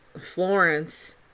Florence